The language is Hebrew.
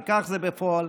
וכך זה בפועל.